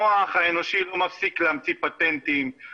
המוח האנושי לא מפסיק להמציא פטנטים,